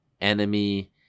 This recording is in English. enemy